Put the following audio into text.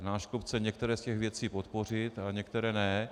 Náš klub chce některé z těch věcí podpořit, ale některé ne.